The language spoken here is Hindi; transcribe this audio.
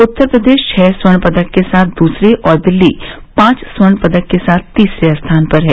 उत्तर प्रदेश छह स्वर्ण पदक के साथ दूसरे और दिल्ली पांच स्वर्ण पदक के साथ तीसरे स्थान पर है